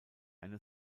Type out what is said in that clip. eine